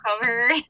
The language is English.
cover